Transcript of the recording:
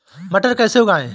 मटर कैसे उगाएं?